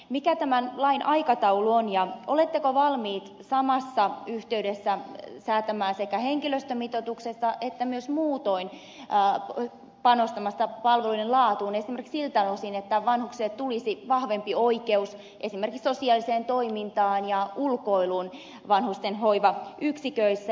mikä tämän lain aikataulu on ja oletteko valmiit samassa yhteydessä säätämään sekä henkilöstömitoituksesta että myös muutoin panostamaan palvelujen laatuun esimerkiksi siltä osin että vanhuksille tulisi vahvempi oikeus esimerkiksi sosiaaliseen toimintaan ja ulkoiluun vanhustenhoivayksiköissä